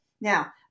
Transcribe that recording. Now